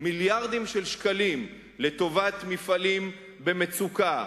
מיליארדים של שקלים לטובת מפעלים במצוקה,